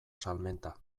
salmenta